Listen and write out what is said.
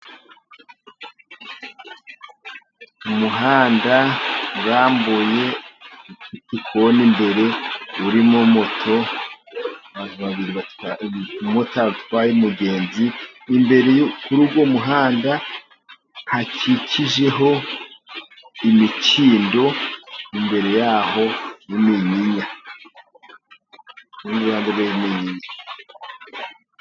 Umuhanda urambuye, ikoni imbere, urimo moto abantu babiri batwaye, umumotari utwaye umugenzi, imbere kuri uwo muhanda hakikijeho imikindo, imbere yaho n'iminyinya n'ibindi.